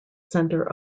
center